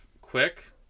quick